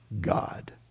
God